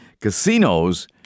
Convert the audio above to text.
casinos